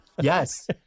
Yes